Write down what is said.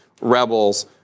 rebels—